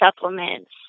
supplements